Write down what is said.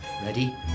Ready